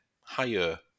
higher